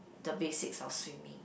the basics of swimming